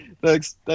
Thanks